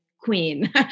queen